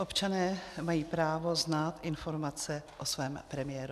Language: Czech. Občané mají právo znát informace o svém premiérovi.